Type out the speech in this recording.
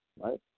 right